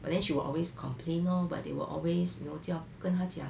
but then she will always complain lor but they were always you know 叫跟他讲